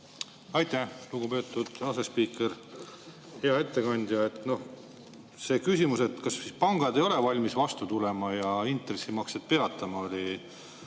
Aitäh, lugupeetud asespiiker! Hea ettekandja! See küsimus, et kas siis pangad ei ole valmis vastu tulema ja intressimakseid peatama, oli